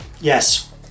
Yes